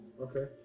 Okay